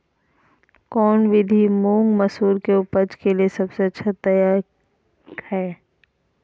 कौन विधि मुंग, मसूर के उपज के लिए सबसे अच्छा तरीका है?